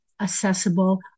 accessible